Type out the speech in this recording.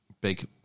big